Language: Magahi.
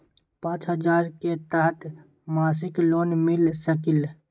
पाँच हजार के तहत मासिक लोन मिल सकील?